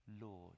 Lord